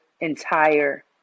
entire